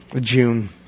June